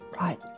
Right